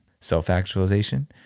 Self-actualization